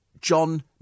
John